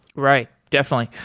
right, definitely.